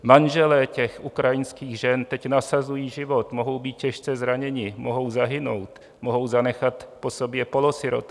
Manželé těch ukrajinských žen teď nasazují život, mohou být těžce zraněni, mohou zahynout, mohou zanechat po sobě polosirotky.